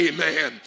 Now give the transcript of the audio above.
Amen